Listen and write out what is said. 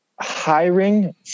hiring